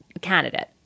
candidate